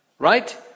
Right